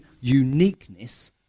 uniqueness